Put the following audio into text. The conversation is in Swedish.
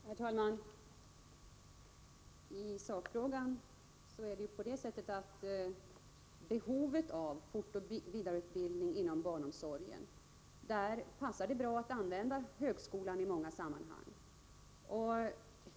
Herr talman! Beträffande sakfrågan: När det gäller behovet av fortoch vidareutbildning inom barnomsorgen passar det bra att använda högskolan i många sammanhang.